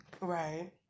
Right